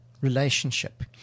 Relationship